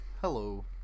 Hello